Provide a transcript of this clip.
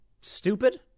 stupid